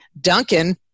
Duncan